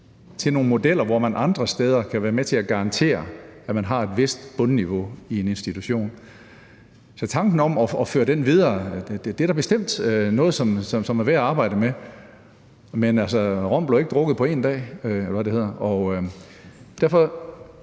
til nogle modeller, hvor man andre steder kan være med til at garantere, at man har et vist bundniveau i en institution. Så tanken om at føre det videre er da bestemt noget, som er værd at arbejde med, men altså, rom blev ikke drukket på 1 dag, eller hvad det hedder, og derfor: